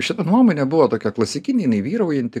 šita nuomonė buvo tokia klasikinė jinai vyraujanti